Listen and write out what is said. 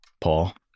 Paul